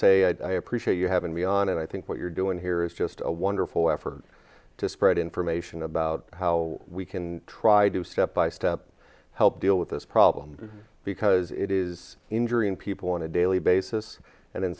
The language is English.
say i appreciate you having me on and i think what you're doing here is just a wonderful effort to spread information about how we can try to step by step to help deal with this problem because it is injuring people on a daily basis and in